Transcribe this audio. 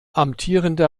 amtierender